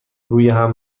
رویهم